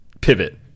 pivot